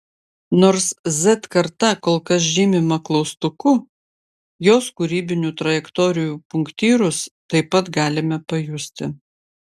nors z karta kol kas žymima klaustuku jos kūrybinių trajektorijų punktyrus taip pat galime pajusti